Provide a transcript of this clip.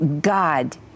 God